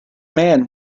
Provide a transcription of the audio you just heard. man